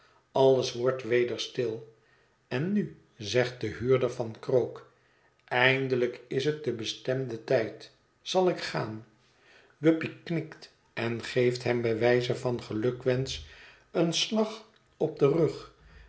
alles wordt weder stil en nu zegt de huurder van krook eindelijk is het de bestemde tijd zal ik gaan guppy knikt en geeft hem bij wijze van gelukwensen een slag op den rug